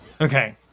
Okay